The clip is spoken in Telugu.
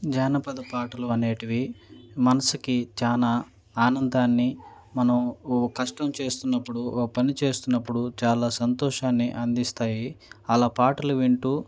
జానపద పాటలు అనేవి మనసుకి చాలా ఆనందాన్ని మనం ఒక కష్టం చేస్తున్నప్పుడు ఒక పని చేస్తున్నప్పుడు చాలా సంతోషాన్ని అందిస్తాయి అలా పాటలు వింటు